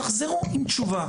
ותחזרו עם תשובה.